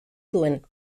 duen